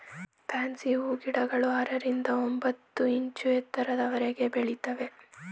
fancy ಹೂಗಿಡಗಳು ಆರರಿಂದ ಒಂಬತ್ತು ಇಂಚು ಎತ್ತರದವರೆಗೆ ಬೆಳಿತವೆ